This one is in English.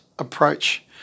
Approach